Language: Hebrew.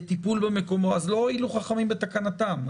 אז לא הועילו חכמים בתקנתם.